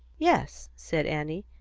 yes, said annie,